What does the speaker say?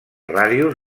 ràdios